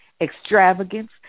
extravagance